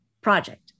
project